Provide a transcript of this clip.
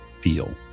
feel